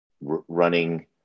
running